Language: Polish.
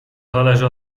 zależy